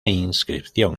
inscripción